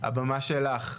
הבמה שלך.